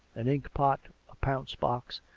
an ink-pot, a pounce-box,